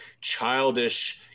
childish